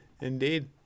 Indeed